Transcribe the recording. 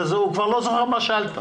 הוא לא זוכר מה שאלת.